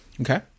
Okay